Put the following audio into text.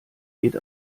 geht